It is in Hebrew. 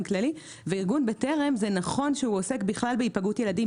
כללי וארגון 'בטרם' זה נכון שהוא עוסק בכלל בהיפגעות ילדים,